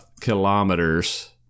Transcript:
kilometers